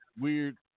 weird